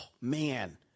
man